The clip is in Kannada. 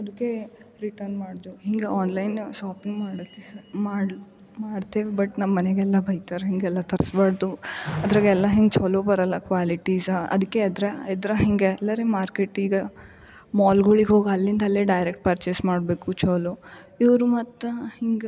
ಅದಕೆ ರಿಟರ್ನ್ ಮಾಡಿದ್ವು ಹಿಂಗೆ ಆನ್ಲೈನ್ ಶಾಪಿಂಗ್ ಮಾಡಿದ್ದೂ ಸಹ ಮಾಡ್ತೀವಿ ಬಟ್ ನಮ್ಮಮನೇಗೆಲ್ಲ ಬೈತಾರೆ ಹಿಂಗೆಲ್ಲ ತರಿಸ್ಬಾರ್ದು ಅದರಗೆಲ್ಲ ಹಿಂಗೆ ಚಲೋ ಬರೋಲ್ಲ ಕ್ವಾಲಿಟಿಸ್ ಅದ್ಕೆ ಅದರ ಎದರು ಹಿಂಗೆ ಎಲ್ಲಾರು ಮಾರ್ಕೆಟ್ ಈಗ ಮಾಲ್ಗಳಿಗು ಹೋಗಿ ಅಲ್ಲಿಂದಲೇ ಡೈರೆಕ್ಟ್ ಪರ್ಚೆಸ್ ಮಾಡಬೇಕು ಚಲೋ ಇವರು ಮತ್ತು ಹಿಂಗೆ